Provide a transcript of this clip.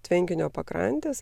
tvenkinio pakrantes